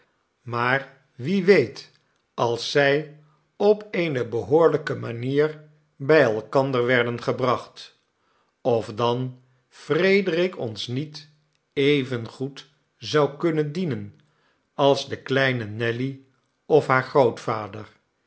maar wie weet als zij op eene behoorlijke manier bij elkander werden gebracht of dan frederik ons niet evengoed zou kunnen dienen als de kleine nelly of haar grootvader